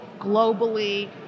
globally